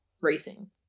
racing